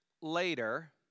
later